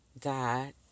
God